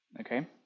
okay